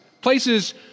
places